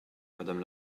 madame